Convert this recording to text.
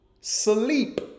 sleep